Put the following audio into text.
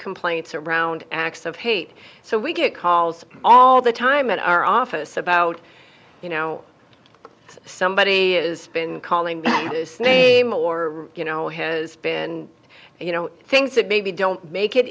complaints around acts of hate so we get calls all the time at our office about you know somebody as been calling this name or you know has been you know things that maybe don't make it